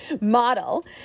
model